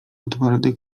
otwartych